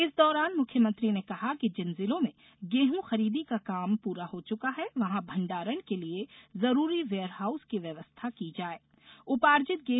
इस दौरान मुख्यमंत्री ने कहा कि जिन जिलों में गेहूं खरीदी का काम पूरा हो चुका है वहाँ भण्डारण के लिए जरूरी वेयरहाउस की व्यवस्था की जाये